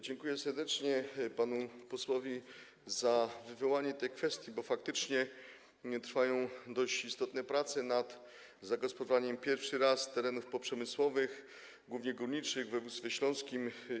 Dziękuję serdecznie panu posłowi za wywołanie tej kwestii, bo faktycznie trwają dość istotne prace nad zagospodarowaniem pierwszy raz terenów poprzemysłowych, głównie górniczych, w województwie śląskim.